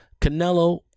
Canelo